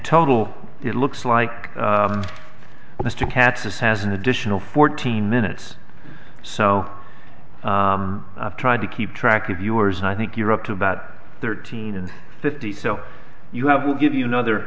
total it looks like mr katz is has an additional fourteen minutes so i've tried to keep track of yours and i think you're up to about thirteen and fifty so you have will give you another